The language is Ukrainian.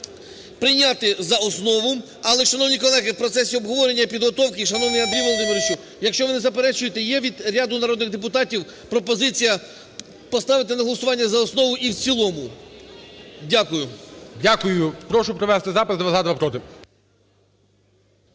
прийняти за основу, але, шановні колеги, в процесі обговорення і підготовки… Шановний Андрій Володимировичу, якщо ви не заперечуєте, є від ряду народних депутатів пропозиція поставити на голосування за основу і в цілому. Дякую. ГОЛОВУЮЧИЙ. Дякую. Прошу провести запис: два – за, два – проти.